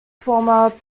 former